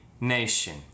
nation